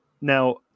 now